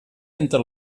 entre